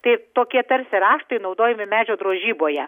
tai tokie tarsi raštai naudojami medžio drožyboje